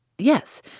Yes